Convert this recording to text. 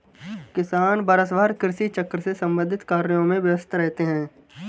किसान वर्षभर कृषि चक्र से संबंधित कार्यों में व्यस्त रहते हैं